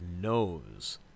knows